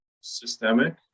systemic